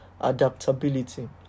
Adaptability